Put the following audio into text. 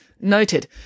Noted